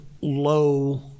low